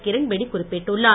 கிரண்பேடி குறிப்பிட்டுள்ளார்